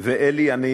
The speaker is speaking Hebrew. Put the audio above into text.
ואלי, אני